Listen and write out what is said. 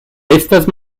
estas